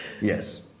Yes